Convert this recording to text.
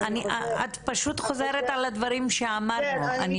פשוט חוזרת על הדברים שאמרנו.